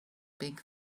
big